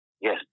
Yes